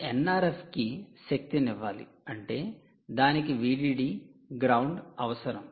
ఈ 'NRF'కి శక్తినివ్వాలి అంటే దానికి' VDD" గ్రౌండ్ 'అవసరం